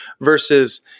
versus